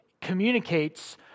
communicates